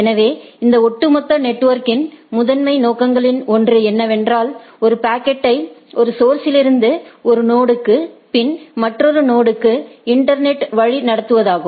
எனவே இந்த ஒட்டுமொத்த நெட்வொர்க்கின் முதன்மை நோக்கங்களில் ஒன்று என்னவென்றால் ஒரு பாக்கெட்டை ஒரு சோர்ஸ்லிருந்து ஒரு நொடுக்கு பின் மற்றொரு நொடுக்கு இன்டர்நெட்டில் வழிநடத்துவதாகும்